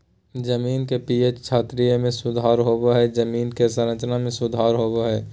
जमीन के पी.एच क्षारीयता में सुधार होबो हइ जमीन के संरचना में सुधार होबो हइ